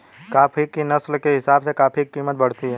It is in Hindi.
कॉफी की नस्ल के हिसाब से कॉफी की कीमत बढ़ती है